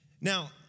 Now